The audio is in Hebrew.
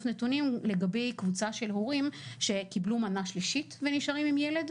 נתונים לגבי קבוצה של הורים שקיבלו מנה שלישית ונשארים עם ילד.